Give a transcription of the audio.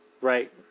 right